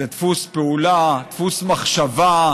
זה דפוס פעולה, דפוס מחשבה.